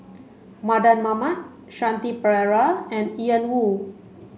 Mardan Mamat Shanti Pereira and Ian Woo